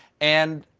and